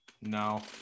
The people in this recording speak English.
No